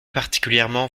particulièrement